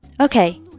Okay